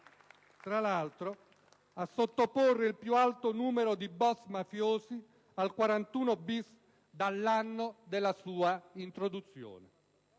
tra l'altro a sottoporre il più alto numero di boss mafiosi al regime del 41-*bis* dall'anno della sua introduzione.